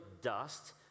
dust